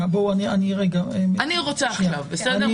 אני רוצה שיהיה כתוב "72 שעות".